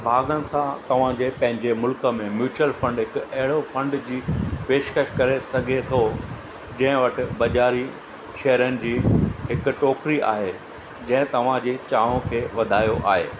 भाॻनि सां तव्हां जे पंहिंजे मुल्क में म्यूचुअल फंड हिकु अहिड़ो फंड जी पेशिकशि करे सघे थो जंहिं वटि बाज़ारी शेयरनि जी हिकु टोकिरी आहे जंहिं तव्हां जी चाह खे वधायो आहे